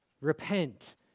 Repent